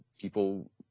people